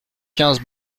quinze